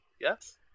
Yes